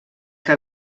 que